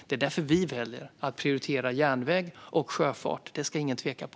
Det är därför vi väljer att prioritera järnväg och sjöfart. Det ska ingen tvivla på.